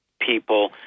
people